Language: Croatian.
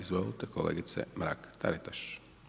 Izvolite kolegice Mrak-Taritaš.